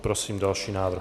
Prosím o další návrh.